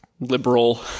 liberal